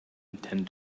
intend